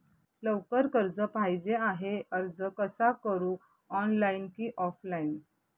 लवकर कर्ज पाहिजे आहे अर्ज कसा करु ऑनलाइन कि ऑफलाइन?